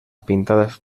pintadas